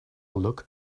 look